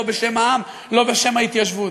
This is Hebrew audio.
לא בשם העם, לא בשם ההתיישבות.